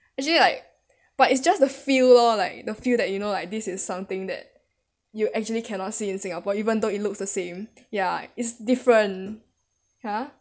actually like but it's just the feel lor like the feel that you know like this is something that you actually cannot see in singapore even though it looks the same ya is different ha